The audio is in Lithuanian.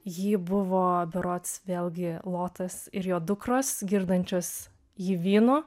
jį buvo berods vėlgi lotas ir jo dukros girdančios jį vynu